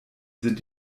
sind